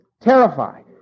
Terrified